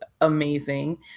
amazing